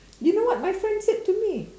you know what my friend said to me